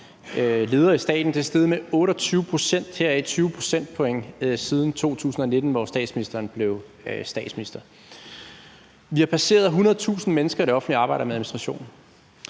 ledere i staten er steget med 28 pct. – heraf 20 pct. siden 2019, hvor statsministeren blev statsminister. Vi har passeret 100.000 mennesker i det offentlige, der arbejder med administration.